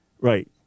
right